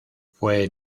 fue